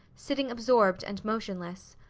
sitting absorbed and motionless.